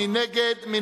מי